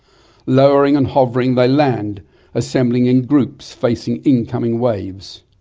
lowering and hovering, they land assembling in groups facing incoming waves.